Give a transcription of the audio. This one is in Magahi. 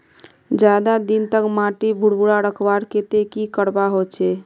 ज्यादा दिन तक माटी भुर्भुरा रखवार केते की करवा होचए?